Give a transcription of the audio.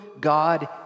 God